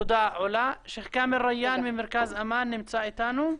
שייח' כמאל ריאן, ממרכז אמאן נמצא אתנו?